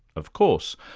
of course,